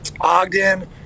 Ogden